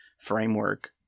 framework